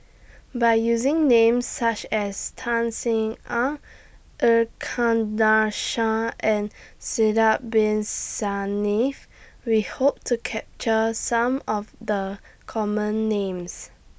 By using Names such as Tan Sin Aun Shah and Sidek Bin Saniff We Hope to capture Some of The Common Names